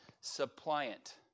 suppliant